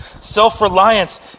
Self-reliance